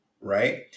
right